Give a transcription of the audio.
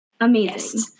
amazing